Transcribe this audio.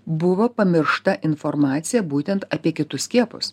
buvo pamiršta informacija būtent apie kitus skiepus